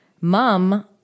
mom